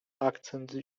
akcent